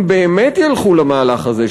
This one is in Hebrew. אם באמת ילכו למהלך הזה,